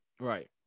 Right